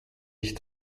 ich